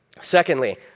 Secondly